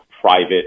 private